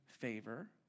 favor